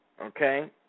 Okay